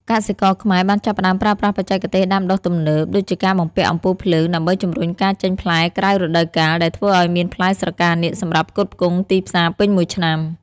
កសិករខ្មែរបានចាប់ផ្ដើមប្រើប្រាស់បច្ចេកទេសដាំដុះទំនើប ដូចជាការបំពាក់អំពូលភ្លើងដើម្បីជំរុញការចេញផ្លែក្រៅរដូវកាល ដែលធ្វើឱ្យមានផ្លែស្រកានាគសម្រាប់ផ្គត់ផ្គង់ទីផ្សារពេញមួយឆ្នាំ។